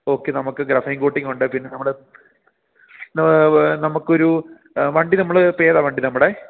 okay നമുക്ക് graphene കോട്ടിങ്ങുണ്ട് പിന്നെ നമ്മൾ നമുക്ക് ഒരു വണ്ടി നമ്മൾ ഇപ്പേതാണ് വണ്ടി നമ്മുടെ